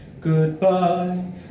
goodbye